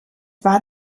war